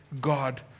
God